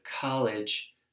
college